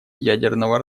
ядерного